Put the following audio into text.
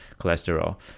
cholesterol